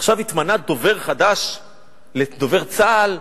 עכשיו התמנה דובר חדש לדובר צה"ל,